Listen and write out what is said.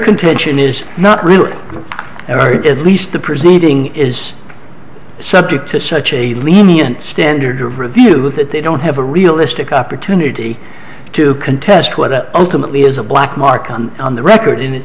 contention is not really ever heard at least the proceeding is subject to such a lenient standard of review that they don't have a realistic opportunity to contest what ultimately is a black mark on on the record in it